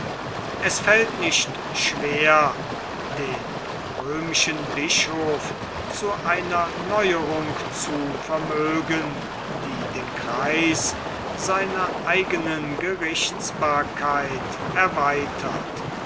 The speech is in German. es fällt nicht schwer den römischen bischof zu einer neuerung zu vermögen die den kreis seiner eigenen gerichtsbarkeit erweitert